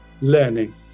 learning